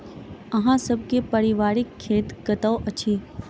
अहाँ सब के पारिवारिक खेत कतौ अछि?